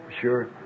Sure